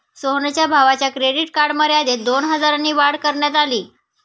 सोहनच्या भावाच्या credit card मर्यादेत दोन हजारांनी वाढ करण्यात आली